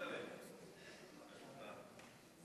עד שלוש דקות לרשותך.